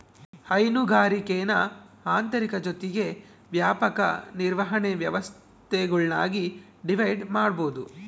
ಹೈನುಗಾರಿಕೇನ ಆಂತರಿಕ ಜೊತಿಗೆ ವ್ಯಾಪಕ ನಿರ್ವಹಣೆ ವ್ಯವಸ್ಥೆಗುಳ್ನಾಗಿ ಡಿವೈಡ್ ಮಾಡ್ಬೋದು